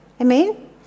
Amen